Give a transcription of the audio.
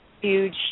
huge